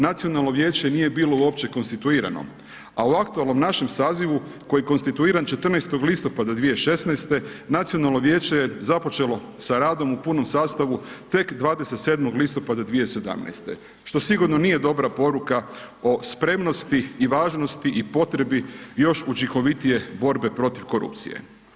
Nacionalno vijeće nije bilo uopće konstituirano a o aktualnom našem sazivu koji je konstituiran 14. listopada 2016., Nacionalno vijeće je započelo sa radom u punom sastavu tek 27. listopada 2017. što sigurno nije dobra poruka o spremnosti i važnosti i potrebi još učinkovitije borbe protiv korupcije.